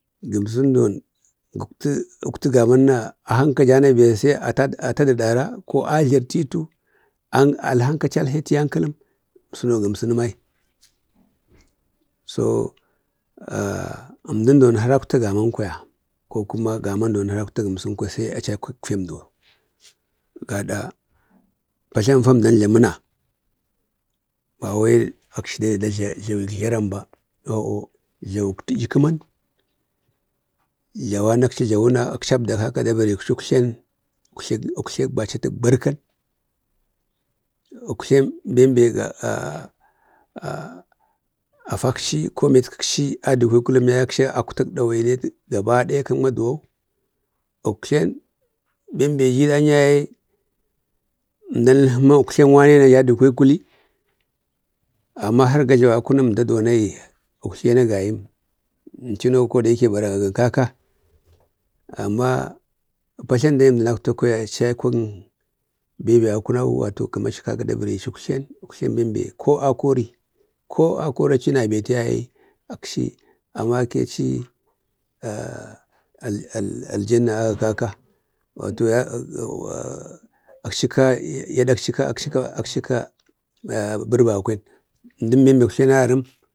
Gəmsən duwon dakwti, uktu gamanna a hanka jana ata də ɗan ko a jlərtitu, alhanka achi alhehu iyankalpəm, əmsa no gəmsənəm ai. So əmdən duwon har akwta gaman kwaya kukuma gamu akwtan əmsən kwaya sai achi aikok femdo. Fada patlanfa əmdan jlamuna bawai akchi da ne da jlawi jlawuk təyi kəman jlawan akchi jlawuna akchi abda kaka da barikchi uktlen, uktlen bachatək barkan, uktlen benbe afakchi ko metkək chi adukwe kuləm yaye akchi akwtak ɗawainiyat kəkchi gaba ɗaya kak maduwau. Uktlen benbe ji iɗan yaye əmdan əlhə ma uktlen wanena yadikwe kule. Amma har ga jlawi a kunək əmda duwon uktlen agayim, əmchuno koda yake baragan kaka, amma patlam dai əmdən akwita kwaya achi aikonm bewbe a kunau, kaka dabari chi uktlen ben ko akori, ko achi nabeti yaye akchi a makechi alkjanna aga kaka. Wato akchi ka yaɗatkəkchi ka bərbakwen, əmdənben uktlen anarəm.